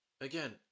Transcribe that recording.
again